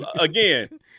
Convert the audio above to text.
again